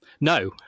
No